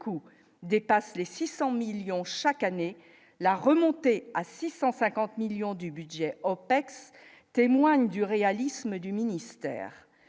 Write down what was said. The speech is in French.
surcoût dépasse les 600 millions chaque année, la remontée à 650 millions du budget OPEX témoigne du réalisme du ministère